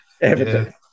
evidence